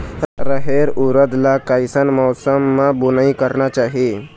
रहेर उरद ला कैसन मौसम मा बुनई करना चाही?